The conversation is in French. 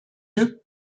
yeux